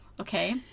Okay